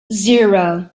zero